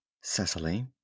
Cecily